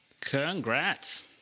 congrats